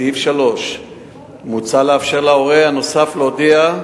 בסעיף 3 מוצע לאפשר להורה הנוסף להודיע,